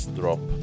drop